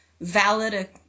valid